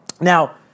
Now